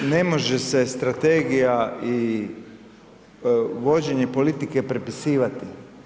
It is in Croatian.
Ne može se strategija i vođenje politike pripisivati.